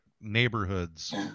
neighborhoods